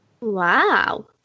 Wow